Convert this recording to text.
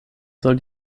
soll